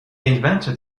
invented